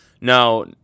Now